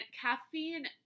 caffeine